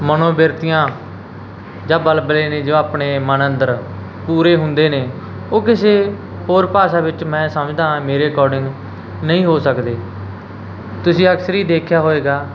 ਮਨੋਬਿਰਤੀਆਂ ਜਾਂ ਬਲਬਲੇ ਨੇ ਜੋ ਆਪਣੇ ਮਨ ਅੰਦਰ ਪੂਰੇ ਹੁੰਦੇ ਨੇ ਉਹ ਕਿਸੇ ਹੋਰ ਭਾਸ਼ਾ ਵਿੱਚ ਮੈਂ ਸਮਝਦਾ ਹਾਂ ਮੇਰੇ ਅਕੋਰਡਿੰਗ ਨਹੀਂ ਹੋ ਸਕਦੇ ਤੁਸੀਂ ਅਕਸਰ ਹੀ ਦੇਖਿਆ ਹੋਵੇਗਾ